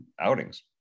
outings